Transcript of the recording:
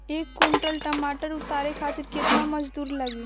एक कुंटल टमाटर उतारे खातिर केतना मजदूरी लागी?